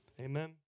Amen